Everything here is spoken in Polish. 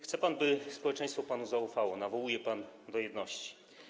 Chce pan, by społeczeństwo panu zaufało, nawołuje pan do jedności.